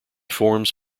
forms